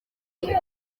wese